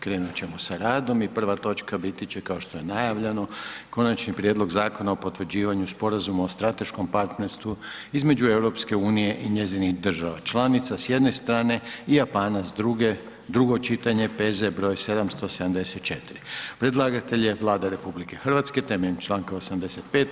Krenut ćemo sa radom i prva točka biti će kao što je najavljeno: - Konačni prijedlog Zakona o potvrđivanju sporazuma o strateškom partnerstvu između Europske unije i njezinih država članica, s jedne strane, i Japana, s druge, drugo čitanje, P.Z. br. 774 Predlagatelj je Vlada RH temeljem članka 85.